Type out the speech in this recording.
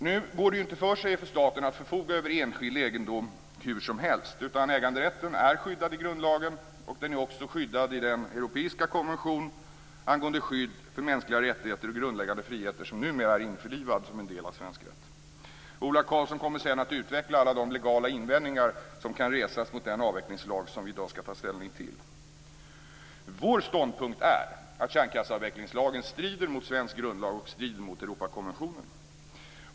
Nu går det inte för sig för staten att förfoga över enskild egendom hur som helst, utan äganderätten är skyddad i grundlagen, och den är också skyddad i den europeiska konvention angående skydd för mänskliga rättigheter och grundläggande friheter som numera är införlivad som en del av svensk rätt. Ola Karlsson kommer senare att utveckla alla de legala invändningar som kan resas mot den avvecklingslag som vi i dag skall ta ställning till. Vår ståndpunkt är att kärnkraftsavvecklingslagen strider mot svensk grundlag och mot Europakonventionen.